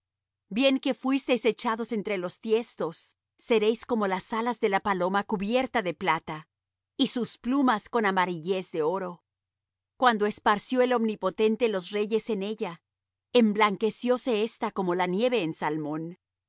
bien que fuiesteis echados entre los tiestos seréis como las alas de la paloma cubierta de plata y sus plumas con amarillez de oro cuando esparció el omnipotente los reyes en ella emblanquecióse ésta como la nieve en salmón